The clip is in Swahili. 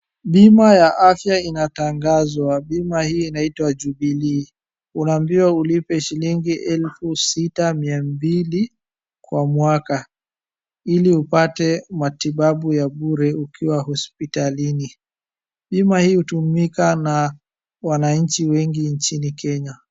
Bima ya afya inatangazwa. Bima hii inaitwa Jubilee. Unaambiwa ulipe shilingi elfu sita mia mbili kwa mwaka, ili upate matibabu ya bure ukiwa hospitalini. Bima hii hutumika na wananchi wengi nchini Kenya.